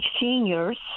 seniors